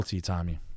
Tommy